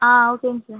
ஆ ஓகேங்க சார்